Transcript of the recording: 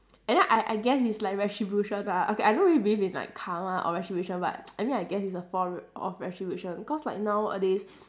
and then I I guess it's like retribution but okay I don't really believe in like karma or retribution but I mean I guess it's a form of retribution cause like nowadays